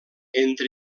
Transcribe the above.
entre